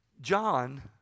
John